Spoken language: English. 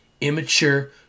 immature